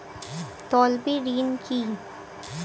তলবি ঋণ কি?